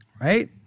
Right